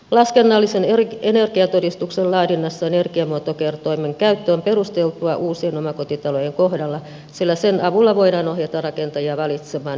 laskennallisen energiatodistuksen laadinnassa energiamuotokertoimen käyttö on perusteltua uusien omakotitalojen kohdalla sillä sen avulla voidaan ohjata rakentajia valitsemaan ympäristöystävällinen lämmitysjärjestelmä